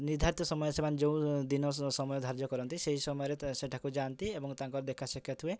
ନିର୍ଦ୍ଧାରିତ ସମୟ ସେମାନେ ଯେଉଁ ଦିନ ସମୟ ଧାର୍ଯ୍ୟ କରନ୍ତି ସେଇ ସମୟରେ ସେଠାକୁ ଯାଆନ୍ତି ଏବଂ ତାଙ୍କ ଦେଖା ସାକ୍ଷାତ ହୁଏ